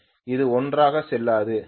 அது ஒன்றாக செல்லாது